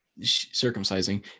circumcising